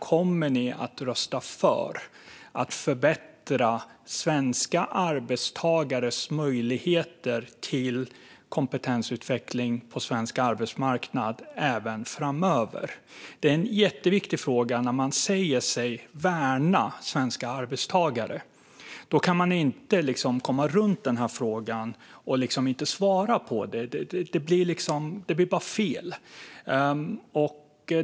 Kommer ni att rösta för att förbättra svenska arbetstagares möjligheter till kompetensutveckling på svensk arbetsmarknad även framöver? Det är en jätteviktig fråga när man säger sig värna svenska arbetstagare. Då kan man inte komma runt frågan och inte svara på den. Det blir bara fel.